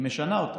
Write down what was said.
היא משנה אותה.